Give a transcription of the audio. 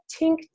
Tink